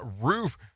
roof